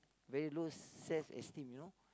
very low self-esteem you know